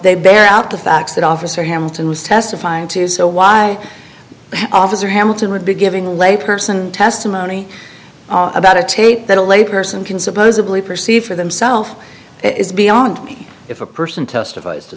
they bear out the facts that officer hamilton was testifying to so why officer hamilton would be giving a lay person testimony about a tape that a layperson can supposedly perceive for themself is beyond me if a person testif